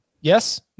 Yes